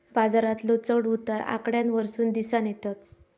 बाजारातलो चढ उतार आकड्यांवरसून दिसानं येतत